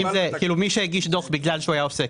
מי שהגיש דוח בגלל שהוא היה עוסק,